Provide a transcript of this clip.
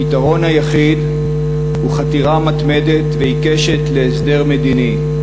הפתרון היחיד הוא חתירה מתמדת ועיקשת להסדר מדיני.